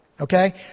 Okay